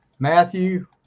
Matthew